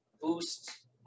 boost